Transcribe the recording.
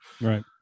right